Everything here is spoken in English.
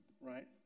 right